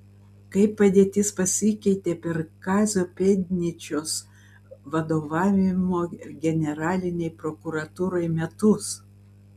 kaip padėtis pasikeitė per kazio pėdnyčios vadovavimo generalinei prokuratūrai metus